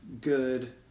good